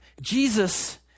Jesus